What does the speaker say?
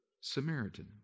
Samaritan